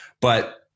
But-